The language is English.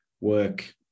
work